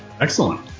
excellent